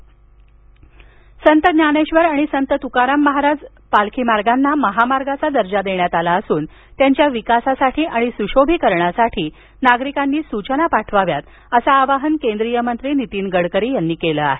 पालखी मार्ग संत ज्ञानेश्वर आणि संत तुकाराम महाराज पालखी मार्गांना महामार्गाचा दर्जा देण्यात आला असून त्यांच्या विकासासाठी आणि स्शोभीकरणासाठी नागरिकांनी सूचना पाठवाव्यात असं आवाहन केंद्रीय मंत्री नितीन गडकरी यांनी केलं आहे